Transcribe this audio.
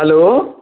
hello